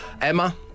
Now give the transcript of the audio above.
Emma